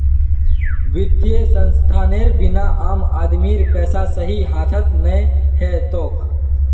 वित्तीय संस्थानेर बिना आम आदमीर पैसा सही हाथत नइ ह तोक